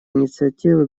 инициативы